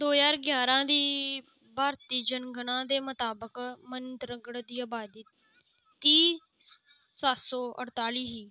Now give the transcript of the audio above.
दो ज्हार ग्यारां दी भारती जनणना दे मताबक मनेंद्रगढ़ दी अबादी ती सत्त सौ अड़ताली ही